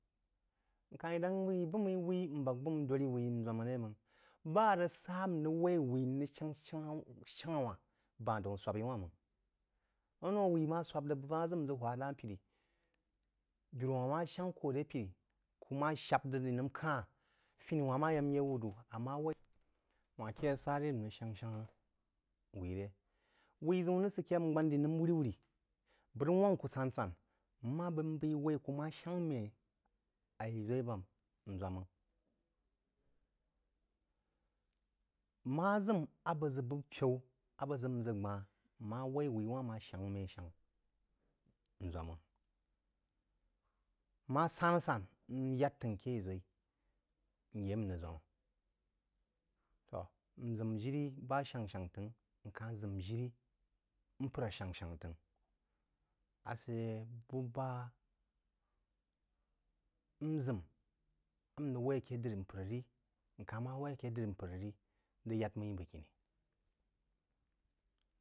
N̄ ka-hn yí dáng bəg n yí bəg-mmí wuí n bāk bəg-mmaī dōdró wuí n ʒōm-ré máng bá rəg sá n rəg wai wuí n rəg shangk, shangk shangha wānh bá daún swūb-í wūn ma̍ng. Anoū wuí má swūb rəg bəg má ʒək n ʒə hwá ná pirí, birú-wánh ma shām kō-h á ré pirí, kú ma shán rəg rī nəm kha’ áń, finín wánh má yák nyé wūd wú, ammá waí, wān ké sá rī n rəg sháng-shánghā wíí ré. Wuí ʒəun rəg sə ké yeí rī gbān diri nəm wir-wir, bəg rəg wangk kú sán sán n ma beí n waí kú ku ma shangk mmí a yí-ʒōí bām, n ʒōm máng, má ʒəm a bəg ʒək bupyaú a bəg ʒək n ʒə gbān, m ma wai wui wánh má shangk. Mé shángk n ʒōm máng. Má sán-sán, n yəd t’əngh aké yi-ʒōi, nyí m nrəg ʒōmǎ. Tō, nʒəm jirí bá ashȧng-shanghá t’əngh, ń ka-hn ʒəm jirí-mpər asháng-shánghá t’əngh. Áshə bú bá nʒəm n rəg waī aké dirí mpər rí-n ka-h má waī aké dirí mpər rí rəg y’al mmī bəgkinī.